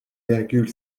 virgule